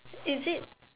is it